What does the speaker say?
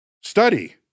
study